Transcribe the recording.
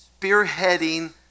spearheading